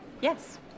Yes